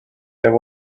there